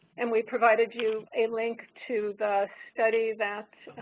and, we provided you a link to the study that